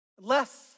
less